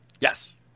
Yes